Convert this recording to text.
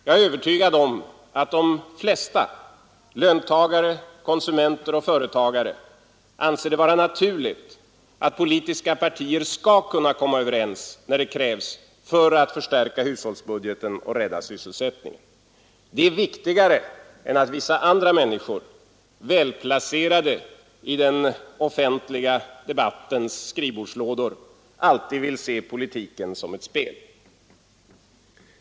Jag är övertygad om att de flesta — löntagare, konsumenter och företagare — anser det vara naturligt att politiska partier skall kunna komma överens när det krävs för att förstärka hushållsbudgeten och rädda sysselsättningen. Det är viktigare än att vissa andra människor — välplacerade i den offentliga debattens skrivbordslådor — alltid vill se politiken som ett spel.